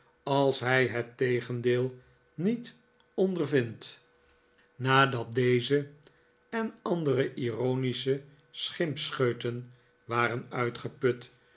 als hij het tegendeel niet ondervindt nadat deze en andere ironische schimpscheuten waren uitgeput